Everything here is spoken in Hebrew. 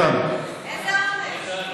איזה עונש?